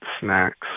snacks